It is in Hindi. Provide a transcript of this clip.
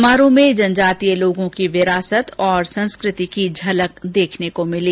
समारोह में जनजातीय लोगों की विरासत और संस्कृति की झलक देखने को मिली